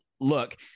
look